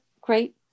great